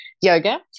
Yoga